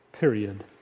Period